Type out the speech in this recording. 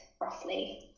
roughly